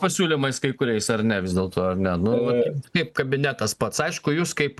pasiūlymais kai kuriais ar ne vis dėlto ar ne nu vat kaip kabinetas pats aišku jūs kaip